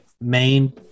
main